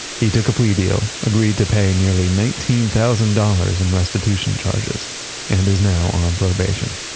he took a plea deal, agreed to pay nearly nineteen thousand dollars in restitution charges and is now on probation